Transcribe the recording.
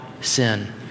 sin